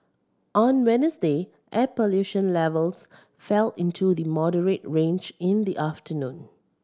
on Wednesday air pollution levels fell into the moderate range in the afternoon